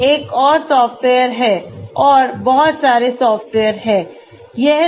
एक और सॉफ्टवेयर है और बहुत सारे सॉफ्टवेयर्स हैं